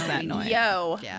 Yo